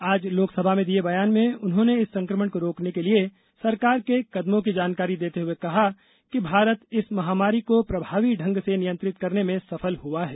आज लोकसभा में दिये बयान में उन्होंने इस संक्रमण को रोकने के लिए सरकार के कदमों की जानकारी देते हुए कहा कि भारत इस महामारी को प्रभावी ढंग से नियंत्रित करने में सफल हुआ है